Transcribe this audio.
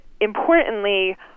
importantly